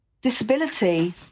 disability